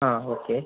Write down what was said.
ആ ഓക്കെ